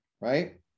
Right